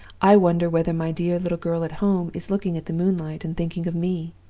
i wonder whether my dear little girl at home is looking at the moonlight, and thinking of me